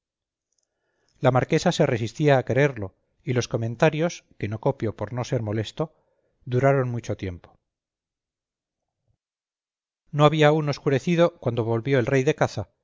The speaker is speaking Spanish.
la marquesa se resistía a creerlo y los comentarios que no copio por no ser molesto duraron mucho tiempo no había aún oscurecido cuando volvió el rey de caza